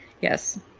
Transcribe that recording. Yes